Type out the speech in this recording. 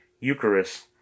Eucharist